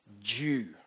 Jew